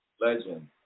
Legend